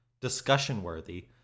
discussion-worthy